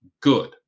good